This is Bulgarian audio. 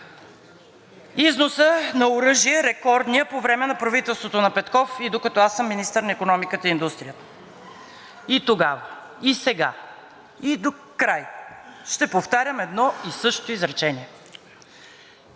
И тогава, и сега, и докрай ще повтарям едно и също изречение: няма да позволим и не позволихме нито един патрон да стигне до Украйна!